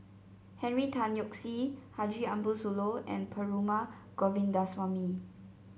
Henry Tan Yoke See Haji Ambo Sooloh and Perumal Govindaswamy